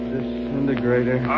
Disintegrator